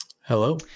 Hello